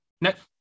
Next